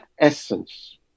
essence